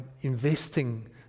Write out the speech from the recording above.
investing